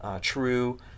true